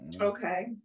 Okay